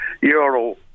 euro